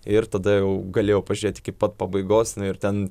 ir tada jau galėjau pažiūrėti iki pat pabaigos na ir ten